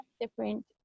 different